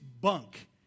bunk